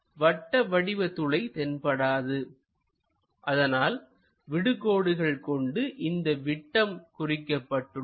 வட்ட வடிவ துளை தென்படாது அதனால் விடு கோடுகள் கொண்டு இதன் விட்டம் குறிக்கப்பட்டுள்ளது